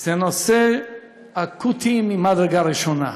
הוא נושא אקוטי ממדרגה ראשונה.